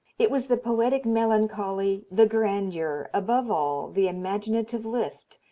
it was the poetic melancholy, the grandeur, above all the imaginative lift,